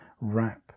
wrap